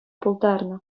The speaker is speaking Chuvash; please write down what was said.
пултарнӑ